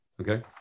Okay